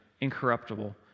incorruptible